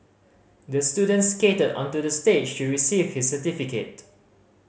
the student skated onto the stage to receive his certificate